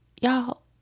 y'all